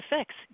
fix